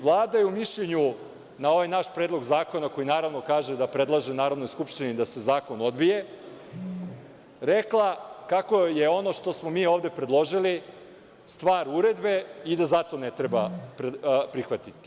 Vlada je u mišljenju na ovaj naš predlog zakona, koji naravno kaže da predlaže Narodnoj skupštini da se zakon odbije, rekla kako je ono što smo mi ovde predložili stvar uredbe i da zakon ne treba prihvatiti.